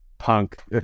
punk